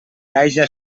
haja